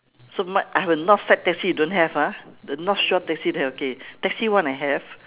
so mine I have a north side taxi you don't have ah the north shore taxi don't have okay taxi one I have